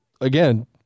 again